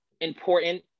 important